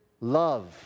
love